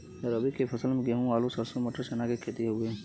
रबी के फसल में गेंहू, आलू, सरसों, मटर, चना के खेती हउवे